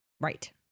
Right